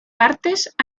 partes